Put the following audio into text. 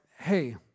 hey